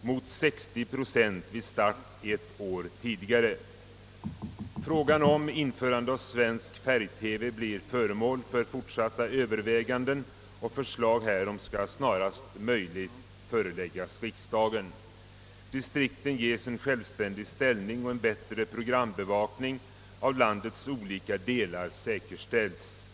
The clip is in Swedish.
mot 60 procent om starten skulle ske ett år tidigare. Frågan om införande av svensk färg TV blir föremål för fortsatta överväganden, och förslag härom skall snarast möjligt föreläggas riksdagen. Distrikten ges en självständig ställning, och en bättre programbevakning av landets olika delar säkerställs.